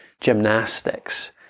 gymnastics